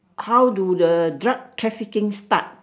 how do the drug trafficking start